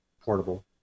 portable